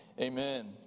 Amen